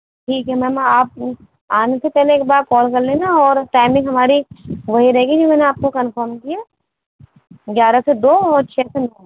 ٹھیک ہے میم آپ آنے سے پہلے ایک بار کال کر لینا اور ٹائمنگ ہماری وہی رہے گی جو میں نے آپ کو کنفرم کی ہے گیارہ سے دو اور چھ سے نو